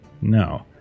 No